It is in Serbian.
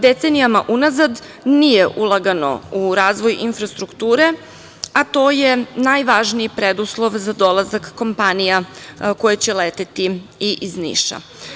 Decenijama unazad nije ulagano u razvoj infrastrukture, a to je najvažniji preduslov za dolazak kompanija koje će leteti i iz Niša.